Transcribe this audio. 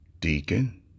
Deacon